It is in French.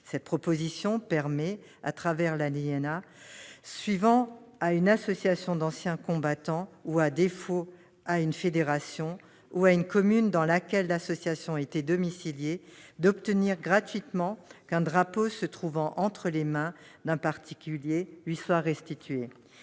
d'une association d'anciens combattants. L'alinéa suivant permet à une association d'anciens combattants ou, à défaut, à une fédération ou à la commune dans laquelle l'association était domiciliée d'obtenir gratuitement qu'un drapeau se trouvant entre les mains d'un particulier lui soit restitué.